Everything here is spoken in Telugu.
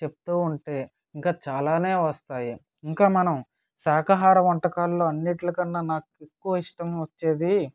చెప్తూ ఉంటే ఇంకా చాలానే వస్తాయి ఇంకా మనం శాఖాహార వంటకాల్లో అన్నింటి కన్నా నాకు ఎక్కువ ఇష్టం వచ్చేది